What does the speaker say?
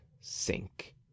sink